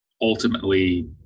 ultimately